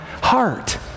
heart